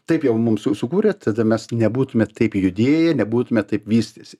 taip jau mums su sukūrė tada mes nebūtume taip judėję nebūtumėme taip vystęsi